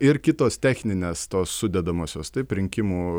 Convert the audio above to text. ir kitos techninės tos sudedamosios taip rinkimų